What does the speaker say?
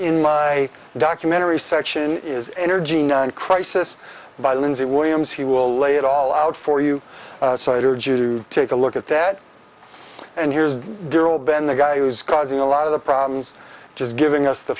in my documentary section is energy crisis by lindsey williams he will lay it all out for you take a look at that and here's the dural been the guy who's causing a lot of the problems just giving us the